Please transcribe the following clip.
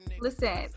Listen